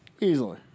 Easily